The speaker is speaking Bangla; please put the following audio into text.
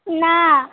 না